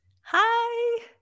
Hi